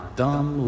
dumb